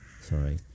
Sorry